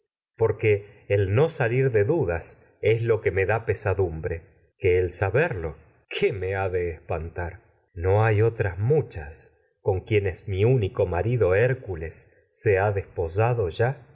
porque el el no salir de dudas me lo da pesadumbre hay otras se que saberlo qué con ha de único hoy espantar no muchas quienes mi marido hércules ha desposado ya